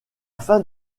fin